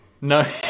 No